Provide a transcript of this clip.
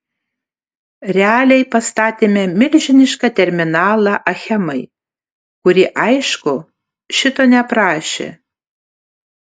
realiai pastatėme milžinišką terminalą achemai kuri aišku šito neprašė